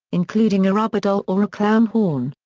including a rubber doll or a clown horn.